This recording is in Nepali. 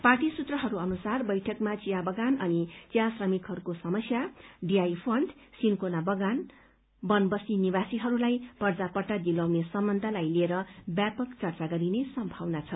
पार्टी सूत्र अनुसार बैठकमा चिया बगान अनि चिया श्रमिकहरूको समस्या डीआई फण्ड सिन्कोना बगान वनवासी निवासीहरूलाई पर्जापट्टा दिलाउने सम्बन्धलाई लिएर व्यापक चर्चा गरिने सम्भावना छ